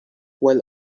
while